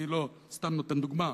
אני לא סתם נותן דוגמה,